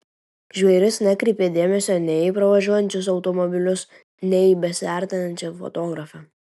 žvėris nekreipė dėmesio nei į pravažiuojančius automobilius nei į besiartinančią fotografę